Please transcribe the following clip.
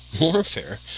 warfare